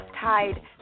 tied